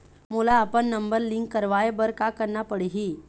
मोला अपन number link करवाये बर का करना पड़ही?